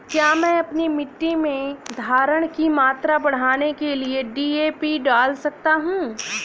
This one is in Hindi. क्या मैं अपनी मिट्टी में धारण की मात्रा बढ़ाने के लिए डी.ए.पी डाल सकता हूँ?